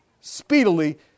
speedily